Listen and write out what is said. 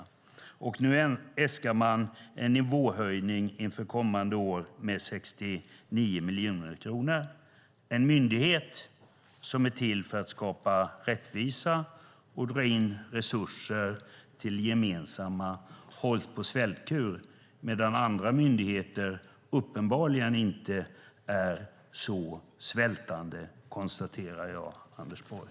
Nu äskar man en nivåhöjning inför kommande år med 69 miljoner kronor. En myndighet som är till för att skapa rättvisa och dra in resurser till det gemensamma hålls på svältkur medan andra myndigheter uppenbarligen inte är så svältande, konstaterar jag, Anders Borg.